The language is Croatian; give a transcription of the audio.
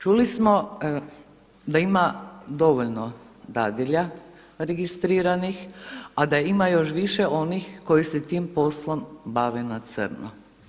Čuli smo da ima dovoljno dadilja registriranih, a da ima još više onih koji se tim poslom bave na crno.